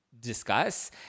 discuss